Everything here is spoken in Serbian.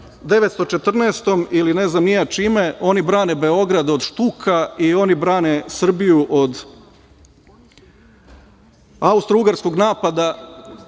1914. ili ne znam ni ja čime. Oni brane Beograd od štuka i oni brane Srbiju od austro-ugarskog napada